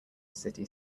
city